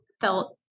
felt